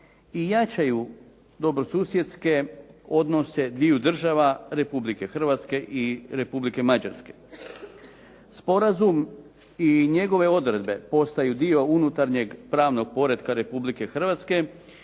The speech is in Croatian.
i jačaju dobrosusjedske odnose dviju država Republike Hrvatske i Republike Mađarske. Sporazum i njegove odredbe postaju dio unutarnjeg pravnog poretka Republike Hrvatske